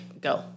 go